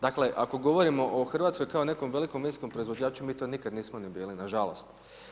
Dakle, ako govorimo o Hrvatskoj kao nekom velikom vinskom proizvođaču mi to nikad nismo ni bili, nažalost.